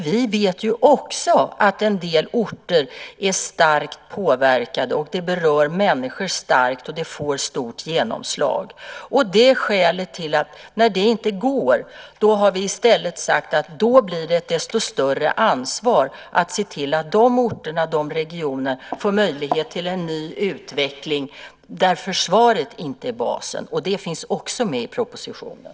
Vi vet ju också att en del orter är starkt påverkade, att människor starkt berörs och att det här får stort genomslag. När det inte går har vi i stället sagt att det då blir ett desto större ansvar att se till att de här orterna och regionerna får möjlighet till en ny utveckling där försvaret inte är basen. Det finns också med i propositionen.